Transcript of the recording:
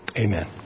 Amen